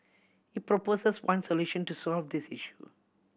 he proposes one solution to solve this issue